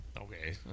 Okay